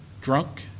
drunk